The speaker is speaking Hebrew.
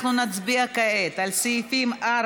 אנחנו נצביע כעת על סעיפים 4,